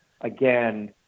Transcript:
again